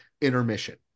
intermission